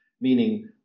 Meaning